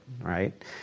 right